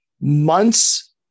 months